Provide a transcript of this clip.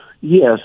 Yes